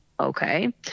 okay